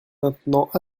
maintenant